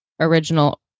original